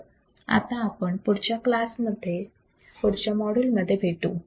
तर आता आपण पुढच्या क्लासमध्ये पुढच्या माॅड्यूल मध्ये भेटू